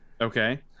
Okay